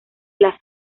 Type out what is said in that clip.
las